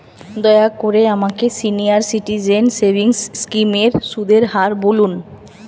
দয়া করে আমাকে সিনিয়র সিটিজেন সেভিংস স্কিমের সুদের হার বলুন